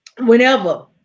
whenever